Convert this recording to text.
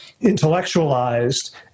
intellectualized